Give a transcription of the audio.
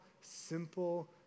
simple